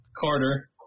Carter